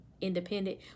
independent